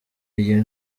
iyi